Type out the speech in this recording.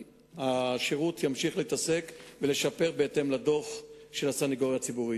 השירות ימשיך להתעסק ולשפר בהתאם לדוח של הסניגוריה הציבורית.